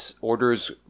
orders